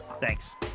thanks